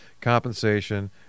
compensation